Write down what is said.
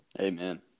Amen